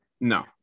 No